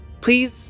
Please